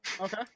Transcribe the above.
Okay